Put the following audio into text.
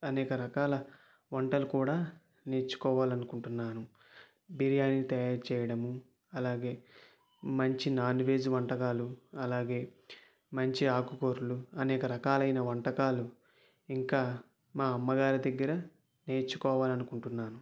అనేక రకాల వంటలు కూడా నేర్చుకోవాలి అనుకుంటున్నాను బిర్యానీ తయారు చేయడం అలాగే మంచి నాన్ వెజ్ వంటకాలు అలాగే మంచి ఆకు కూరలు అనేక రకాలైన వంటకాలు ఇంకా మా అమ్మ గారి దగ్గర నేర్చుకోవాలి అనుకుంటున్నాను